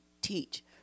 teach